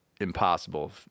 impossible